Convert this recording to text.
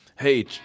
Hey